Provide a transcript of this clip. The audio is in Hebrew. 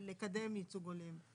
לקדם ייצור הולם.